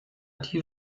die